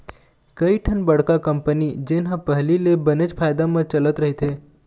कइठन बड़का कंपनी जेन ह पहिली ले बनेच फायदा म चलत रहिथे